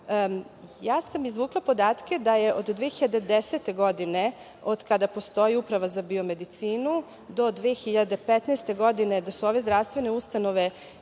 sam izvukla podatke da je od 2010. godine od kada postoji Uprava za biomedicinu do 2015. godine kada su ove zdravstvene ustanove